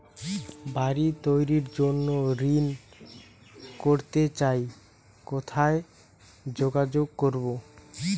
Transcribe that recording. বাড়ি তৈরির জন্য ঋণ করতে চাই কোথায় যোগাযোগ করবো?